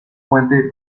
fuente